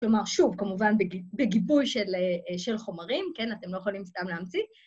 כלומר, שוב, כמובן, בגיבוי של חומרים, כן, אתם לא יכולים סתם להמציא.